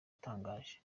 utangaje